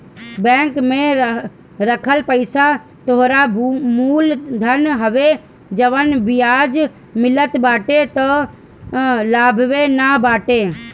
bank में रखल पईसा तोहरा मूल धन हवे जवन बियाज मिलत बाटे उ तअ लाभवे न बाटे